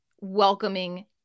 welcoming